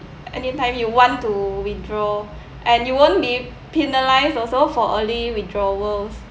anytime you want to withdraw and you won't be penalised also for early withdrawals